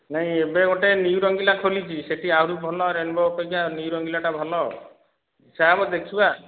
ନାଇଁ ଏବେ ଗୋଟେ ନ୍ୟୁ ରଙ୍ଗିଲା ଖୋଲିଛି ସେଠି ଆହୁରି ଭଲ ରେନ୍ବୋ ଅପେକ୍ଷା ନ୍ୟୁ ରଙ୍ଗିଲାଟା ଭଲ ଆଉ ଚାଲମ ଦେଖିବା